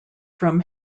from